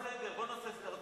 בוא ונעשה סדר,